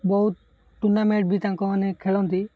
ବହୁତ ଟୁର୍ଣ୍ଣାମେଣ୍ଟ ବି ତାଙ୍କମାନେ ଖେଳନ୍ତି